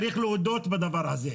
צריך להודות בדבר הזה.